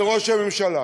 לראש הממשלה